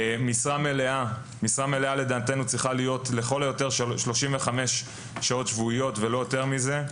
משרה מלאה לדעתנו צריכה להיות לכל היותר 35 שעות שבועיות ולא יותר מזה.